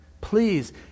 Please